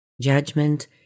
judgment